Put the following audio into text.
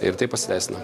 ir tai pasiteisina